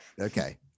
Okay